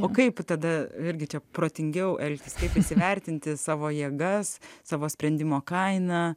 o kaip tada irgi čia protingiau elgtis įsivertinti savo jėgas savo sprendimo kainą